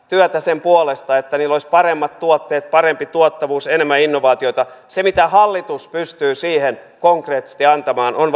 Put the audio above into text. työtä sen puolesta että niillä olisi paremmat tuotteet parempi tuottavuus enemmän innovaatioita se mitä hallitus pystyy siihen konkreettisesti antamaan on